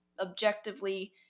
objectively